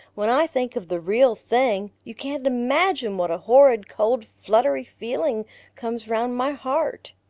when i think of the real thing you can't imagine what a horrid cold fluttery feeling comes round my heart.